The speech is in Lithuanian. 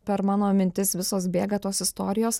per mano mintis visos bėga tos istorijos